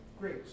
great